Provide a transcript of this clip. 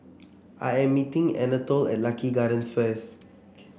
I am meeting Anatole at Lucky Gardens first